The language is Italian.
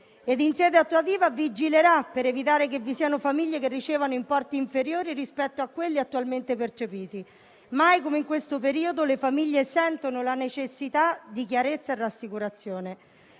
ed in sede attuativa vigilerà per evitare che vi siano famiglie che ricevano importi inferiori rispetto a quelli attualmente percepiti. Mai come in questo periodo le famiglie sentono la necessità di chiarezza e rassicurazione;